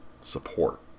support